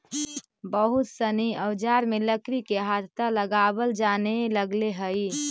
बहुत सनी औजार में लकड़ी के हत्था लगावल जानए लगले हई